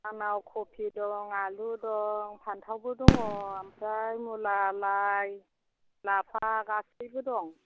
आंनाव कफि दं आलु दं फान्थावबो दङ ओमफ्राय मुला लाइ लाफा गासिबो दं